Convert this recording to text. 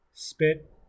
spit